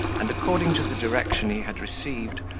and, according to the direction he had received,